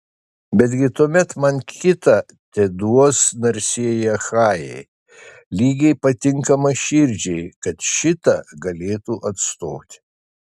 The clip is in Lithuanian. betgi tuomet man kitą teduos narsieji achajai lygiai patinkamą širdžiai kad šitą galėtų atstoti